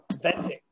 venting